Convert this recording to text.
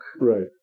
Right